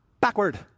backward